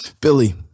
Billy